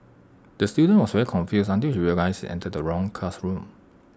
the student was very confused until he realised he entered the wrong classroom